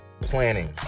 planning